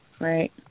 Right